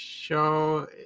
show